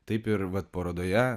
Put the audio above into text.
taip ir vat parodoje